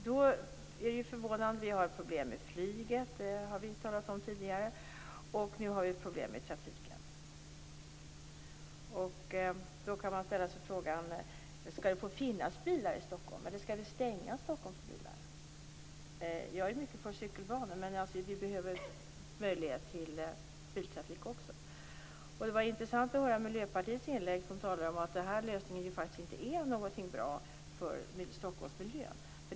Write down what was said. Då är det förvånande att det är problem med flyget och med trafiken. Jag undrar då: Skall det få finnas bilar i Jag är mycket för cykelbanor, men vi behöver också möjligheter för biltrafik. Det var intressant att höra inlägget från Miljöpartiets representant. Hon sade att denna lösning inte är bra för Stockholmsmiljön.